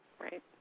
Right